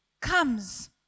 comes